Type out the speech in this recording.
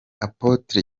apotre